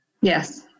Yes